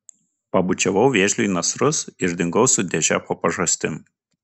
pabučiavau vėžliui į nasrus ir dingau su dėže po pažastim